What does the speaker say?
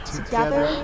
Together